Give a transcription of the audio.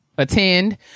attend